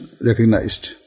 recognized